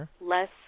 less